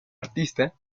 artista